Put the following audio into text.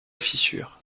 fissure